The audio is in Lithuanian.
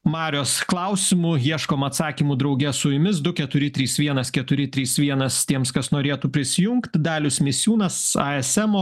marios klausimų ieškome atsakymų drauge su jumis du keturi trys vienas keturi trys vienas tiems kas norėtų prisijungti dalius misiūnas ajasemo